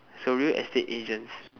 it's a real estate agent